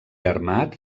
armat